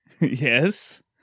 Yes